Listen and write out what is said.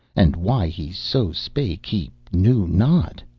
and why he so spake, he knew not.